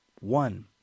one